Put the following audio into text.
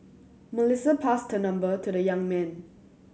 Melissa passed her number to the young man